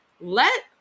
let